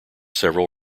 several